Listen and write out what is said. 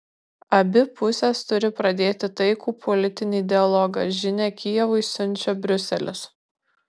abi pusės turi pradėti taikų politinį dialogą žinią kijevui siunčia briuselis